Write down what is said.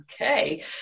Okay